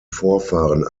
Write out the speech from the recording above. vorfahren